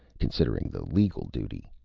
considering the legal duty.